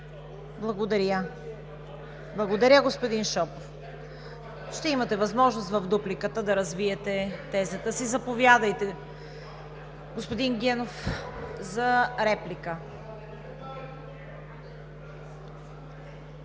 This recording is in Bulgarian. КАРАЯНЧЕВА: Благодаря, господин Шопов. Ще имате възможност в дупликата да развиете тезата си. Заповядайте, господин Генов, за реплика.